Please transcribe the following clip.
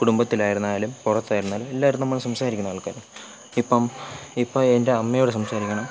കുടുംബത്തിലായിരുന്നാലും പുറത്തായിരുന്നാലും എല്ലാവരും നമ്മൾ സംസാരിക്കുന്ന ആൾക്കാരാണ് ഇപ്പം ഇപ്പം എൻ്റെ അമ്മയോട് സംസാരിക്കണം